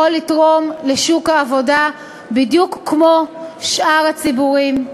לתרום לשוק העבודה בדיוק כמו שאר הציבורים.